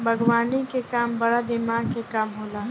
बागवानी के काम बड़ा दिमाग के काम होला